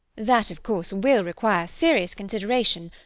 that of course will require serious consideration.